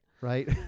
Right